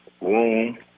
room